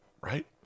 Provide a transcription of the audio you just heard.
right